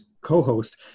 co-host